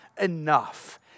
enough